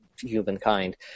humankind